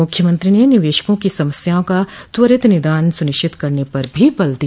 मुख्यमंत्री ने निवेशको की समस्याओं का त्वरित निदान सुनिश्चित करने पर भी बल दिया